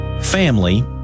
family